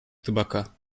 табака